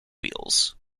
wheels